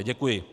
Děkuji.